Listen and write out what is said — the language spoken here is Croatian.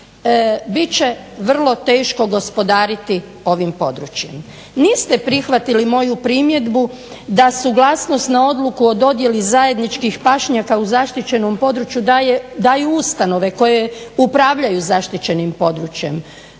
će vrlo teško gospodariti ovim područjem. Niste prihvatili moju primjedbu da suglasnost na odluku o dodjeli zajedničkih pašnjaka u zaštićenom području daju ustanove koje upravljaju zaštićenim područjem.